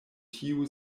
tiu